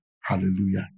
hallelujah